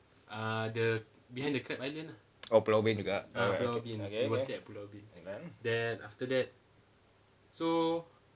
orh pulau ubin juga okay okay